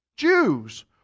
Jews